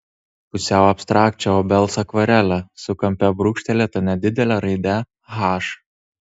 pusiau abstrakčią obels akvarelę su kampe brūkštelėta nedidele raide h